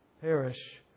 perish